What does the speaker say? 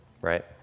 right